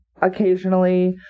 occasionally